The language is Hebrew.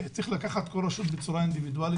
אלא צריך לבחון כל רשות בצורה אינדיבידואלית